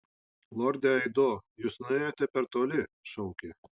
lorde aido jūs nuėjote per toli šaukė